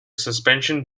suspension